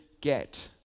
get